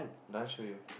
I don't want show you